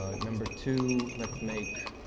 number two, let's make